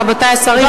רבותי השרים,